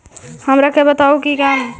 हमरा के बताहु कि कम पानी में कौन फसल लग जैतइ?